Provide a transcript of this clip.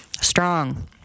strong